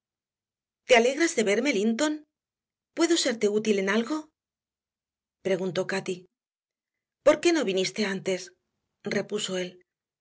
te alegras de verme linton puedo serte útil en algo preguntó cati por qué no viniste antes repuso él